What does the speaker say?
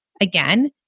Again